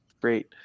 great